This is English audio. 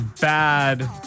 bad